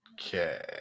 Okay